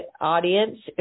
audience